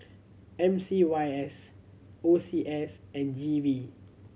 M C Y S O C S and G V